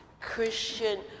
Christian